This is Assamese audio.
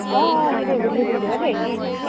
অঁ অঁ সেইটো গধূলি ফোন কৰিবা দেই